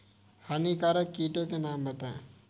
हानिकारक कीटों के नाम बताएँ?